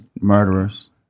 murderers